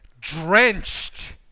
drenched